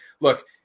Look